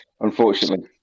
Unfortunately